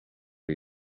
are